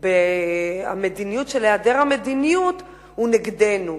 במדיניות של היעדר המדיניות, הוא נגדנו.